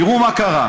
תראו מה קרה.